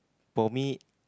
for me